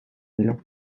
below